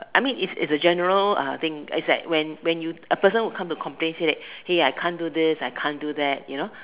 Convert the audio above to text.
I mean it's it's a general thing it's like when when you a person will come to complain say that hey I can't do this I can't do that you know